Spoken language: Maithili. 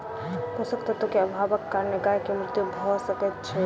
पोषक तत्व के अभावक कारणेँ गाय के मृत्यु भअ सकै छै